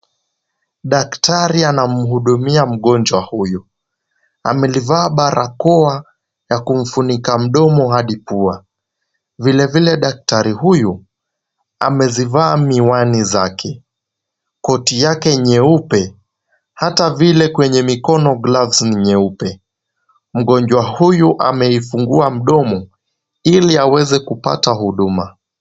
Daktari anamhudumia mgonjwa huyu. Amelivaa barakoa ya kumfunika mdomo hadi pua. Vile vile, daktari huyu amezivaa miwani zake. Koti yake nyeupe hata vile kwenye mikono gloves ni nyeupe. Mgonjwa huyu ameifungua mdomo ili aweze kupata huduma.